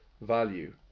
value